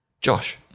Josh